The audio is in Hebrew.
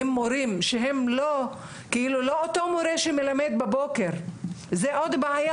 אם מורים שהם לא אותו מורה שמלמד בבוקר זו עוד בעיה,